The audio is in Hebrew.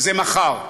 זה מחר.